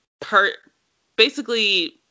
part—basically